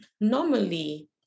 normally